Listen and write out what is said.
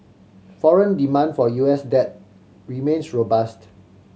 foreign demand for U S debt remains robust